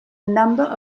number